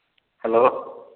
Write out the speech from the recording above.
hello